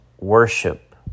worship